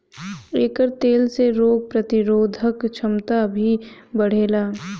एकर तेल से रोग प्रतिरोधक क्षमता भी बढ़ेला